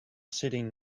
sitting